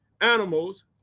animals